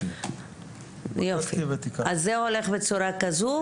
אז זה הולך בצורה כזו,